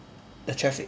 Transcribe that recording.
the traffic